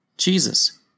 Jesus